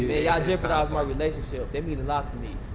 y'all jipping off my relationship. that mean a lot to me.